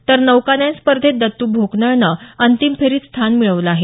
तर नौकानयन स्पर्धेत दत्त भोकनळने अंतिम फेरीत स्थान मिळवलं आहे